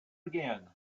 again